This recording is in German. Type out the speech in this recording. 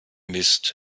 mist